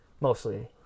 mostly